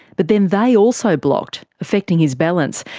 but then they also blocked, affecting his balance,